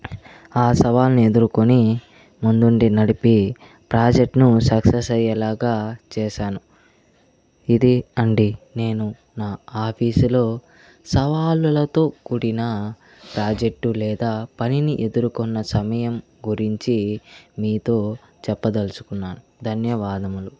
ఆ సవాలుని ఎదుర్కొని ముందుండి నడిపి ప్రాజెక్ట్ను సక్సస్ అయ్యేలాగా చేశాను ఇది అండి నేను నా ఆఫీసులో సవాలులతో కూడిన ప్రాజెక్టు లేదా పనిని ఎదుర్కొన్న సమయం గురించి మీతో చెప్పదలుచుకున్నాను ధన్యవాదములు